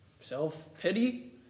self-pity